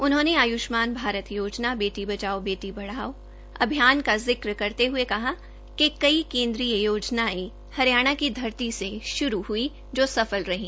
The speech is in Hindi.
उन्होंने आय्ष्मान भारत योजा बेटी बचाओ बेटी पढ़ाओ अभियान का जिक्र करते हये कहा कि कई केन्द्रीय योजनायें हरियाणा की धरती से शुरू हई जो सफल रही